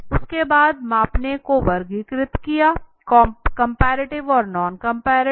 उसके बाद पैमाने को वर्गीकृत किया कंपैरेटिव और नॉन कंपैरेटिव